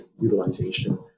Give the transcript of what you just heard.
utilization